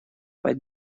под